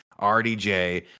RDJ